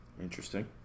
Interesting